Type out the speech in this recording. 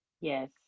Yes